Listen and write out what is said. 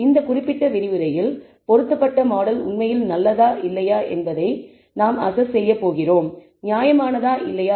இந்த குறிப்பிட்ட விரிவுரையில் பொருத்தப்பட்ட மாடல் உண்மையில் நல்லதா இல்லையா என்பதை நாம் அஸ்ஸஸ் செய்ய போகிறோம் நியாயமானதா இல்லையா